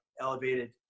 elevated